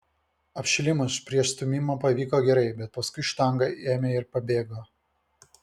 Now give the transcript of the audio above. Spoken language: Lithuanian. apšilimas prieš stūmimą pavyko gerai bet paskui štanga ėmė ir pabėgo